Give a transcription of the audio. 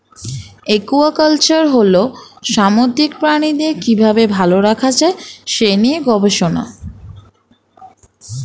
aquaculture হল সামুদ্রিক প্রাণীদের কি ভাবে ভালো রাখা যায় সেই নিয়ে গবেষণা